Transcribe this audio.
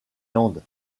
landes